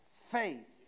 faith